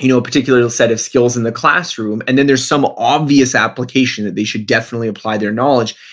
you know a particular set of skills in the classroom and then there's some obvious application that they should definitely apply their knowledge.